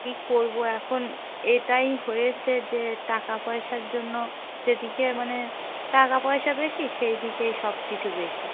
কী করব এখন এটাই হয়েছে যে টাকা পয়সার জন্য যেদিকে মানে টাকা পয়সা বেশি সেই দিকেই সব কিছু বেশি